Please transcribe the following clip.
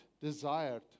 desired